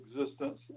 existence